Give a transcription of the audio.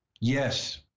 yes